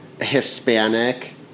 Hispanic